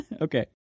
Okay